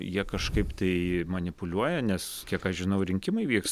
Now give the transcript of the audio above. jie kažkaip tai manipuliuoja nes kiek aš žinau rinkimai vyks